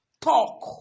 talk